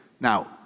Now